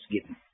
given